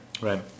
Right